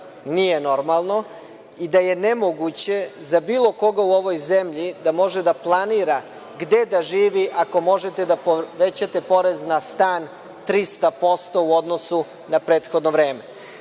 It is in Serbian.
nije normalno i da je nemoguće za bilo koga u ovoj zemlji da može da planira gde da živi ako možete da povećate porez na stan 300% u odnosu na prethodno vreme.